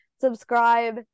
subscribe